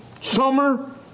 Summer